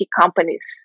companies